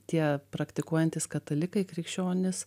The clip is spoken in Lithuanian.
tie praktikuojantys katalikai krikščionys